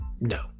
no